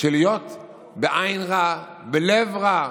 של להיות בעין רעה, בלב רע,